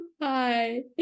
Hi